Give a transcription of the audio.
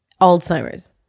Alzheimer's